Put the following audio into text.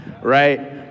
right